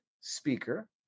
Speaker